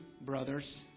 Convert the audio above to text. brothers